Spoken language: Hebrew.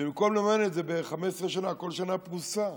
במקום לממן את זה ב-15 שנה, כל שנה פרוסה.